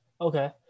okay